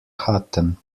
hatten